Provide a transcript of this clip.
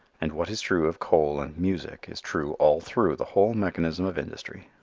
and what is true of coal and music is true all through the whole mechanism of industry.